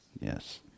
Yes